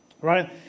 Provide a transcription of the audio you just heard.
Right